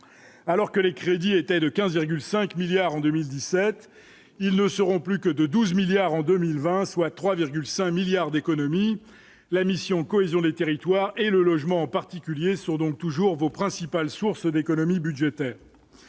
alors que les crédits était de 15,5 milliards en 2017, ils ne seront plus que de 12 milliards en 2020, soit 3,5 milliards d'économies, la mission cohésion des territoires et le logement en particulier sont donc toujours vos principales sources d'économies budgétaires,